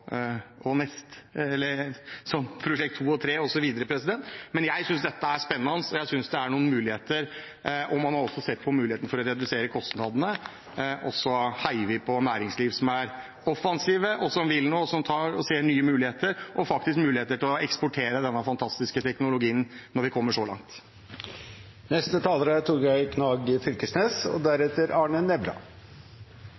som prosjekt nummer to, tre osv. Men jeg synes dette er spennende, og jeg synes det gir noen muligheter. Man har også sett på muligheten for å redusere kostnadene. Vi heier på næringslivet, som er offensive, og som vil noe, og som ser nye muligheter, faktisk også muligheter til å eksportere denne fantastiske teknologien, når vi kommer så langt.